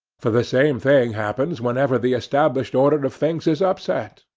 for the same thing happens whenever the established order of things is upset,